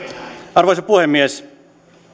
arvoisa puhemies